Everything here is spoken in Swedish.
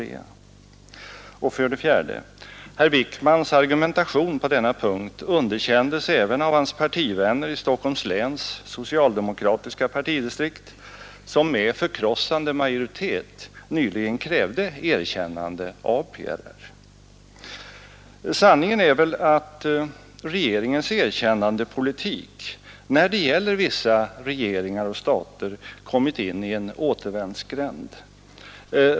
Republiken Syd För det fjärde: Herr Wickmans argumentation på denna punkt vietnams provisounderkändes även av hans partivänner i Stockholms läns socialriska revolutiodemokratiska partidistrikt, som med förkrossande majoritet nyligen "Ara regering krävde erkännande av PRR. Sanningen är väl att regeringens erkännandepolitik när det gäller vissa regeringar och stater kommit in i en återvändsgränd.